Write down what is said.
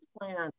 plants